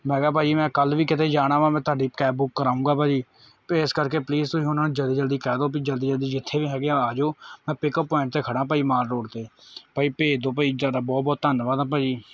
ਮੈਂ ਕਿਹਾ ਭਾਅ ਜੀ ਮੈਂ ਕੱਲ ਵੀ ਕਿਤੇ ਜਾਣਾ ਵਾ ਮੈਂ ਤੁਹਾਡੀ ਕੈਬ ਬੁੱਕ ਕਰਾਊਂਗਾ ਭਾਅ ਜੀ ਤੇ ਏਸ ਕਰਕੇ ਪਲੀਸ ਤੁਸੀਂ ਉਨ੍ਹਾਂ ਨੂੰ ਜਲਦੀ ਜਲਦੀ ਕਹਿ ਦੋ ਵੀ ਜਲਦੀ ਜਲਦੀ ਜਿੱਥੇ ਵੀ ਹੈਗੇ ਐ ਆਜੋ ਮੈਂ ਪਿੱਕ ਅੱਪ ਪੁਆਇੰਟ ਤੇ ਖੜਾ ਭਾਅਜੀ ਮਾਲ ਰੋੜ ਤੇ ਭਾਅ ਜੀ ਭੇਜ ਦੋ ਭਾਅ ਜੀ ਜਿਆਦਾ ਬਹੁਤ ਬਹੁਤ ਧੰਨਵਾਦ ਆ ਭਾਜੀ